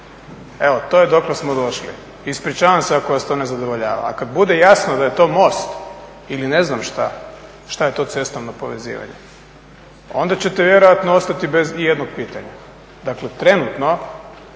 evo to je dokle smo došli. Ispričavam se ako vas to ne zadovoljava. A kada bude jasno da je to most ili ne znam šta, šta je to cestovno povezivanje, onda ćete vjerojatno ostati bez ijednog pitanja. Dakle trenutno